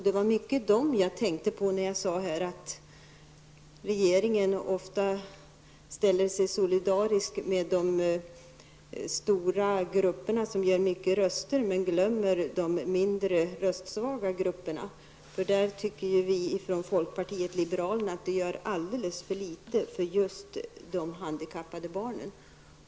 Det var mycket dessa jag tänkte på när jag sade att regeringen ofta ställer sig solidarisk med de stora grupperna, som ger många röster, men glömmer de mindre, röstsvaga grupperna. Vi i folkpartiet liberalerna tycker att man gör alldeles för litet just för de handikappade barnen.